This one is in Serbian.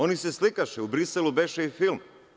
Oni se slikaše, u Briselu beše i film.